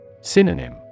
Synonym